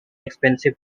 expensive